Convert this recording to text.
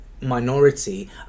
minority